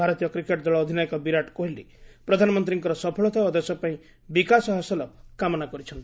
ଭାରତୀୟ କ୍ରିକେଟ ଦଳ ଅଧିନାୟକ ବିରାଟ କୋହଲି ପ୍ରଧାନମନ୍ତ୍ରୀଙ୍କ ସଫଳତା ଓ ଦେଶ ପାଇଁ ବିକାଶ ହାସଲ କାମନା କରିଚ୍ଛନ୍ତି